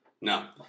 No